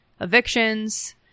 evictions